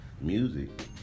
music